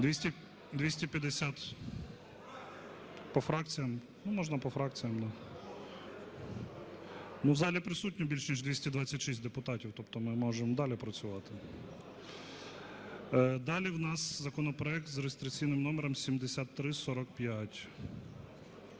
За-251 По фракціях? Можна по фракціях. У залі присутні більш ніж 226 депутатів, тобто ми можемо далі працювати. Далі у нас законопроект за реєстраційним номером 7345.